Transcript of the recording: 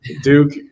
Duke